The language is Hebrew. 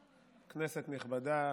כנסת נכבדה,